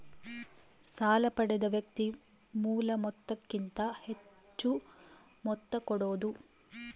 ಸಾಲ ಪಡೆದ ವ್ಯಕ್ತಿ ಮೂಲ ಮೊತ್ತಕ್ಕಿಂತ ಹೆಚ್ಹು ಮೊತ್ತ ಕೊಡೋದು